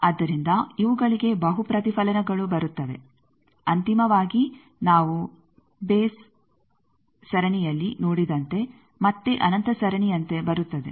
ಆದ್ದರಿಂದ ಇವುಗಳಿಗೆ ಬಹು ಪ್ರತಿಫಲನಗಳು ಬರುತ್ತವೆ ಅಂತಿಮವಾಗಿ ನಾವು ಬೇಸ್ ಸರಣಿಯಲ್ಲಿ ನೋಡಿದಂತೆ ಮತ್ತೆ ಅನಂತ ಸರಣಿಯಂತೆ ಬರುತ್ತದೆ